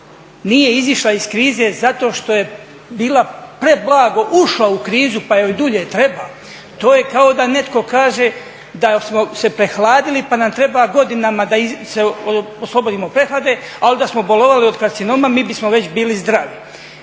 nije izišla iz krize zato što je bila preblago ušla u krizu pa joj dulje treba, to je kao da netko kaže da smo se prehladili pa nam treba godinama da se oslobodimo od prehlade, ali da smo bolovali od karcinoma mi bismo već bili zdravi.